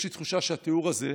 יש לי תחושה שהתיאור הזה,